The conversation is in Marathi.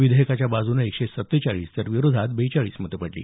विधेयकाच्या बाजूने एकशे सत्तेचाळीस तर विरोधात बेचाळीस मतं पडली